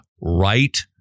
right